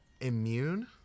immune